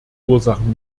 ursachen